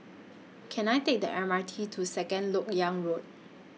Can I Take The M R T to Second Lok Yang Road